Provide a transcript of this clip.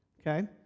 okay